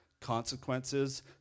consequences